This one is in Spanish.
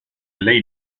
ley